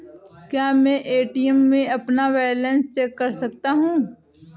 क्या मैं ए.टी.एम में अपना बैलेंस चेक कर सकता हूँ?